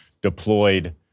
deployed